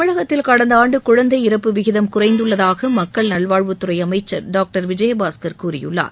தமிழகத்தில் கடந்த ஆண்டு குழந்தை இறப்பு விகிதம் குறைந்துள்ளதாக மக்கள் நல்வாழ்வுத் துறை அமைச்சர் டாக்டர் விஜயபாஸ்கர் கூறியுள்ளார்